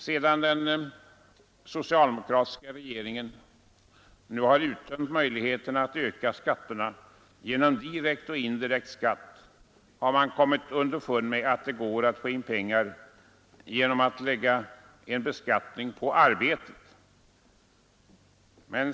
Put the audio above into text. Sedan den socialdemokratiska regeringen nu uttömt möjligheterna att öka skatterna genom direkt och indirekt skatt har man kommit underfund med att det går att få in pengar genom att lägga en skatt på arbetet.